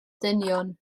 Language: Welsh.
dynion